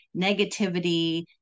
negativity